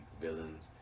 villains